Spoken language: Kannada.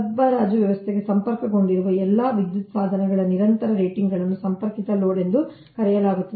ಸರಬರಾಜು ವ್ಯವಸ್ಥೆಗೆ ಸಂಪರ್ಕಗೊಂಡಿರುವ ಎಲ್ಲಾ ವಿದ್ಯುತ್ ಸಾಧನಗಳ ನಿರಂತರ ರೇಟಿಂಗ್ಗಳನ್ನು ಸಂಪರ್ಕಿತ ಲೋಡ್ ಎಂದು ಕರೆಯಲಾಗುತ್ತದೆ